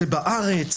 זה בארץ,